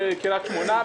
בקריית שמונה,